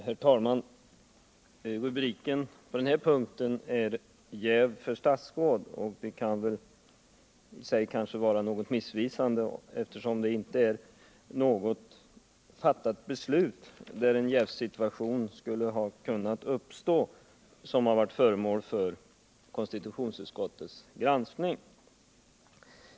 Herr talman! Rubriken över den här punkten är Jäv för statsråd, vilket i och för sig kan vara missvisande eftersom konstitutionsutskottets granskning inte gäller något fattat beslut där en jävssituation skulle kunnat uppstå.